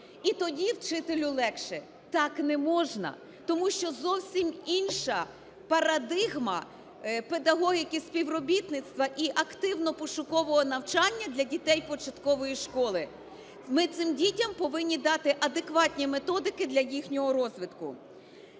і тоді вчителю легше. Так не можна. Тому що зовсім інша парадигма педагогіки співробітництва і активно-пошукового навчання для дітей початкової школи. Ми цим дітям повинні дати адекватні методики для їхнього розвитку.